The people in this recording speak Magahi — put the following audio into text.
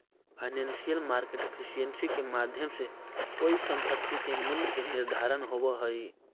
फाइनेंशियल मार्केट एफिशिएंसी के माध्यम से कोई संपत्ति के मूल्य के निर्धारण होवऽ हइ